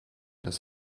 das